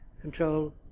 control